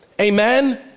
Amen